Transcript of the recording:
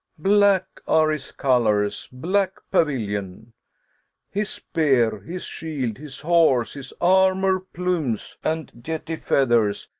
black are his colours, black pavilion his spear, his shield, his horse, his armour, plumes, and jetty feathers,